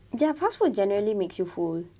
their puffs will generally makes you full